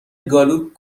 گالوپ